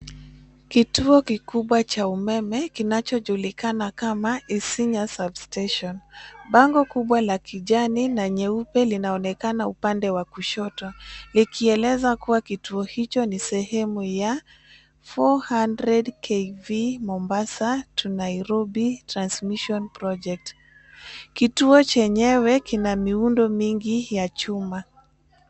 Kituo kikubwa cha umeme kinachojulikana kama Isinya Sub Station . Bango kubwa la kijani na nyeupe linaonekana upande wa kushoto likieleza kuwa kituo hicho ni sehemu ya 400 KV Mombasa to Nairobi Transmission Project . Kituo chenyewe kina miundo mingi ya chuma.